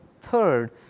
third